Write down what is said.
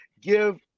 give